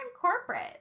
corporate